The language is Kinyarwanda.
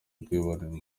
ubwibone